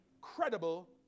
credible